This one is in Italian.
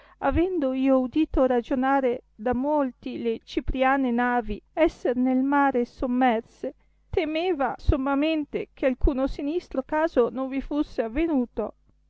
avendo io udito ragionare da molti le cipriane navi esser nel mare sommerse temeva sommamente che alcuno sinistro caso non vi fusse avenuto